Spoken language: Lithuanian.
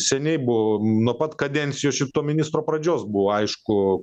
seniai buvo nuo pat kadencijos šito ministro pradžios buvo aišku